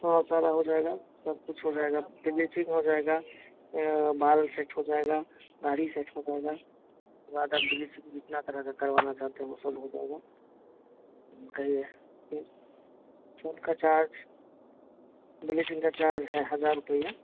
हाँ सारा हो जाएगा सब कुछ हो जाएगा बिलीचिंग हो जाएगा बाल सेट हो जाएगा दाढ़ी सेट हो जाएगी के बाद आप बिलीचिंग जितना तरह के करवाना चाहते हो वो सब हो जाएगा कहिए सब का चार्ज बिलीचिंग का चार्ज है हज़ार रुपये